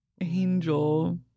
Angel